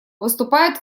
выступает